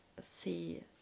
see